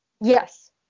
Yes